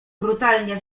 brutalnie